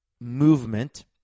movement